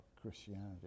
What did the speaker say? Christianity